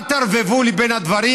אל תערבבו לי בין הדברים,